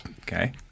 Okay